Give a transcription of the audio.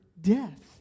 death